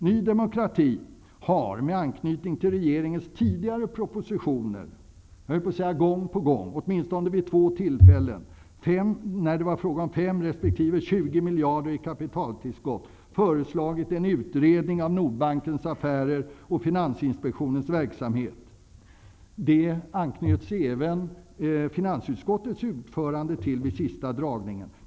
Ny demokrati har, med anknytning till regeringens tidigare propositioner om 5 resp. 20 miljarder i kapitaltillskott till Nordbanken, gång på gång, åtminstone vid två tillfällen, föreslagit en utredning av Nordbankens affärer och Finansinspektionens verksamhet. Även finansutskottets ordförande uppmärksammade detta vid det senaste sammanträdet.